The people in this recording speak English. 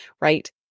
right